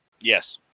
Yes